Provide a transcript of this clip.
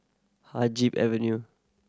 Haig Avenue